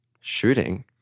Shooting